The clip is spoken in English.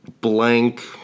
blank